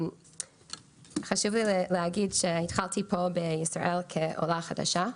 חשוב לי להגיד שהתחלתי פה בישראל כעולה חדשה,